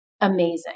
amazing